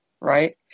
right